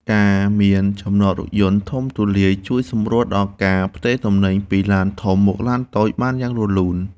ការមានចំណតរថយន្តធំទូលាយជួយសម្រួលដល់ការផ្ទេរទំនិញពីឡានធំមកឡានតូចបានយ៉ាងរលូន។